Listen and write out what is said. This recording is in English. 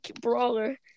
brawler